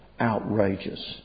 outrageous